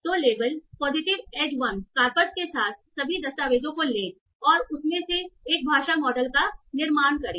तो label positive edge1 corpus के साथ सभी दस्तावेजों को लें और उसमें से एक भाषा मॉडल का निर्माण करें